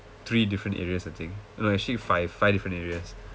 three different areas I thing no actually five five different areas